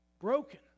Broken